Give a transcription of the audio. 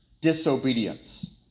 disobedience